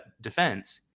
defense